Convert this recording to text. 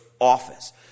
office